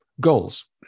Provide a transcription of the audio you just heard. goals